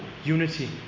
Unity